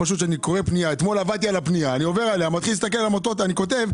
אתמול עברתי על הפנייה וראיתי את השינוי.